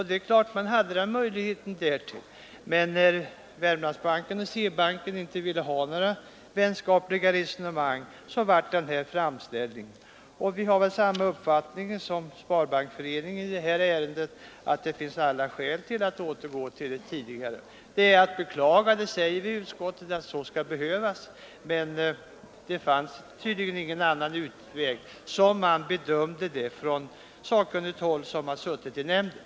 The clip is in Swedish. Det är klart att den möjligheten fanns, men när Wermlandsbanken och SE-banken inte ville ha några vänskapliga resonemang gjordes den här framställningen. Vi har väl samma uppfattning som Sparbanksföreningen i det här ärendet, att det finns allt skäl att återgå till det tidigare systemet. Det är att baklaga, säger vi i utskottsbetänkandet, att man skall behöva göra det, men det fanns tydligen — som man bedömde det hela från sakkunnigt håll i nämnden — ingen annan utväg.